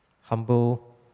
humble